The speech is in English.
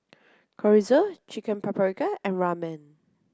Chorizo Chicken Paprikas and Ramen